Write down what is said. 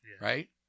right